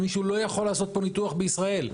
מישהו לא יכול לעשות פה ניתוח בישראל.